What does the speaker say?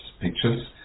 pictures